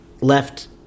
left